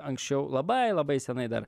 anksčiau labai labai senai dar